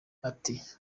ati